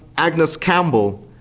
agnes campbell,